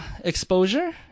exposure